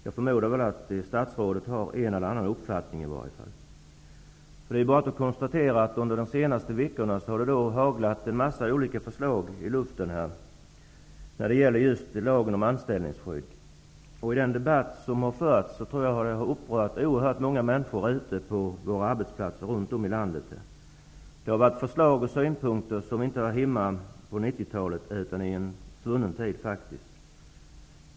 Jag förmodar att han har en eller annan uppfattning om dem. Under de senaste veckorna har det haglat förslag i anslutning till lagen om anställningsskydd. Den debatt som förts har upprört oerhört många människor ute på arbetsplatserna runt om i landet. Det har varit förslag och synpunkter som inte hör hemma på 90-talet, utan i en svunnen tid.